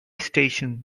station